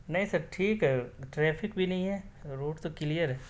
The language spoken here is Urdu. نہیں سب ٹھیک ہے ٹریفک بھی نہیں ہے روڈ تو کلیئر ہے